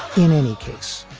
in any case,